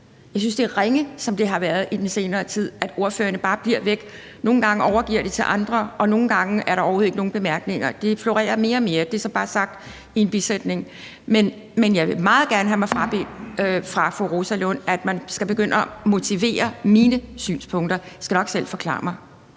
jeg synes, det er ringe, som det har været i den senere tid, nemlig at ordførerne bare bliver væk. Nogle gange overgiver de det til andre, og andre gange er der overhovedet ikke nogen bemærkninger, og det florerer mere og mere. Det er så bare sagt i en bisætning. Men jeg vil meget gerne have mig frabedt fra fru Rosa Lunds side, at man begynder at motivere mine synspunkter. Jeg skal nok selv forklare mig.